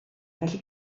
felly